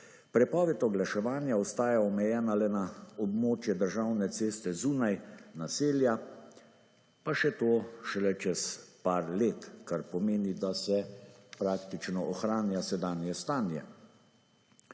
Prepoved oglaševanja ostaja omejena le na območje državne ceste zunaj naselja, pa še to šele čez par let, kar pomeni, da se praktično ohranja sedanje stanje.